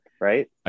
right